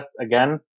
again